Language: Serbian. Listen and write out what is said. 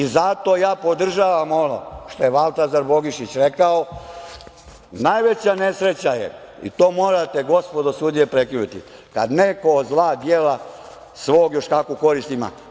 Zato ja podržavam ono što je Valtazar Bogišić rekao – Najveća nesreća je, i to morate gospodo sudije prekinuti, kada neko od zla dijela svog još kakvu korist ima.